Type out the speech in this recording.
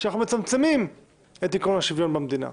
שאנחנו מצמצמים את עקרון השוויון במדינה.